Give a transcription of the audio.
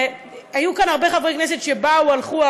היו פה הרבה חברי כנסת שבאו והלכו,